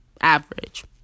average